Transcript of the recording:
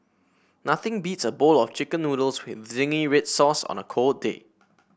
nothing beats a bowl of chicken noodles with zingy red sauce on a cold day